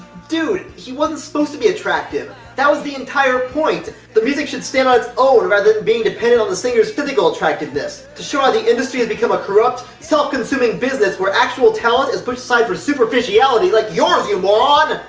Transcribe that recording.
dude, he wasn't supposed to be attractive! that was the entire point! the music should stand on its own rather than being dependent on the singer's physical attractiveness, to show how the industry has become a corrupt, self-consuming business where actual talent is pushed aside for superficiality like yours, you moron!